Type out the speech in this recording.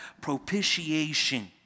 propitiation